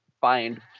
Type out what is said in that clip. find